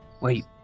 Wait